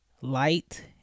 light